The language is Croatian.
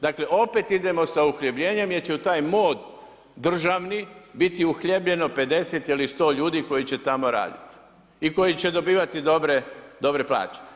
Dakle, opet idemo sa uhljebljenjem jer će u taj mod državni biti uhljebljeno 50 ili 100 ljudi koji će tamo raditi i koji će dobivati dobre plaće.